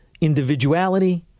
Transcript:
individuality